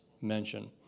mention